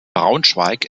braunschweig